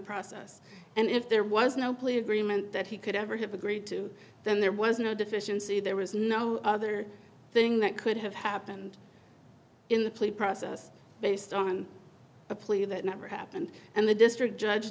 process and if there was no plea agreement that he could ever have agreed to then there was no deficiency there was no other thing that could have happened in the plea process based on the plea that never happened and the district judge